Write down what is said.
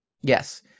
Yes